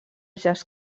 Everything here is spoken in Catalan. jazz